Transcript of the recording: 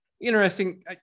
Interesting